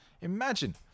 Imagine